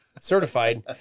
certified